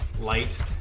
light